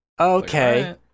Okay